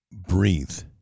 breathe